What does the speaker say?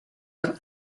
are